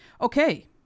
okay